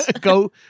Go